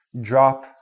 drop